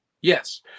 Yes